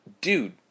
dude